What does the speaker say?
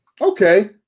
Okay